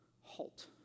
Halt